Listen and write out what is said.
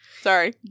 sorry